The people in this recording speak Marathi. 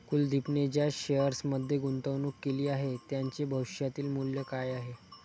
कुलदीपने ज्या शेअर्समध्ये गुंतवणूक केली आहे, त्यांचे भविष्यातील मूल्य काय आहे?